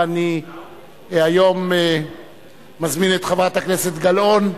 ואני היום אני מזמין את חברת הכנסת גלאון.